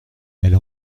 elle